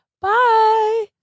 Bye